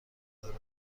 دارم